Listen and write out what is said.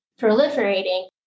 proliferating